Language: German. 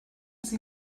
sie